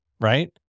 right